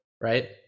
right